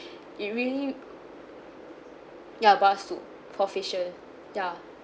it really for facial ya